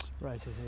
right